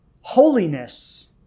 holiness